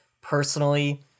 personally